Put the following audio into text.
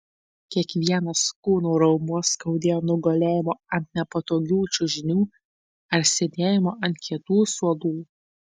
kiekvienas kūno raumuo skaudėjo nuo gulėjimo ant nepatogių čiužinių ar sėdėjimo ant kietų suolų